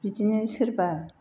बिदिनो सोरबा